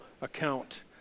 account